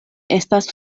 estas